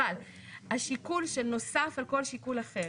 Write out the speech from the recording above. אבל השיקול שנוסף על כל שיקול אחר,